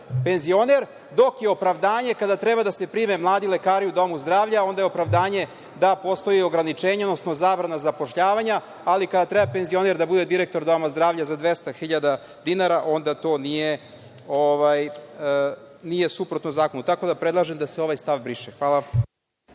penzioner, dok je opravdanje kada treba da se prime mladi lekari u domu zdravlju da postoji ograničenje, odnosno zabrana zapošljavanja, ali kada treba penzioner da bude direktor doma zdravlja za 200.000 dinara, onda to nije suprotno zakonu. Tako da predlažem da se ovaj stav briše. Hvala.